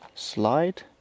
slide